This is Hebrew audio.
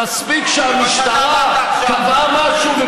זה מה שאתה אמרת עכשיו.